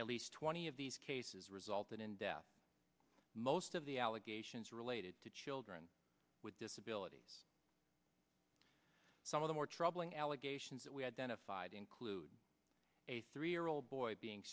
at least twenty of these cases resulted in death most of the allegations related to children with disabilities some of the more troubling allegations that we identified include a three year old boy being